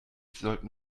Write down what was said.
sollten